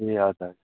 ए हजुर